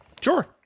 Sure